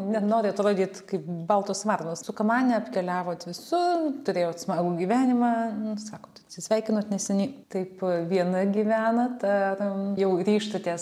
nenori atrodyt kaip baltos varnos su kamane apkeliavot visur turėjot smagų gyvenimą sakot atsisveikinot neseniai taip viena gyvenat ar jau ryžtatės